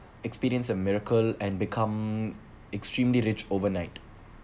experience a miracle and become extremely rich overnight